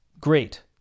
great